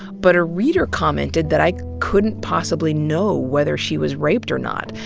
but a reader commented that i couldn't possibly know whether she was raped or not.